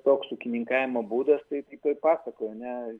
toks ūkininkavimo būdas tai kaip toj pasakoj a ne